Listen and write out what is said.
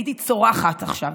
הייתי צורחת עכשיו,